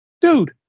Dude